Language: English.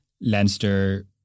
Leinster